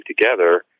together